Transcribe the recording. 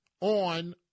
on